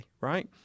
right